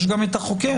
יש גם את החוקר.